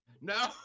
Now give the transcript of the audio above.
no